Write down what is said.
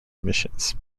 emissions